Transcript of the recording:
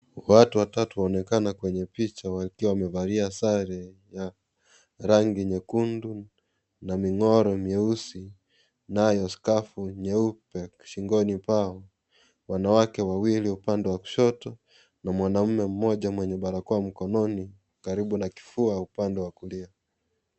Watu watatu waonekana kwenye picha wakiwa wamevalia sare ya rangi nyekundu na mingoro mieusi nayo skafu nyeupe shingoni pao. Wanawake wawili upande wa kushoto na mwanaume mmoja mwenye barakoa mkononi karibu na kifua upande wa kulia.